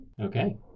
Okay